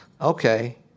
okay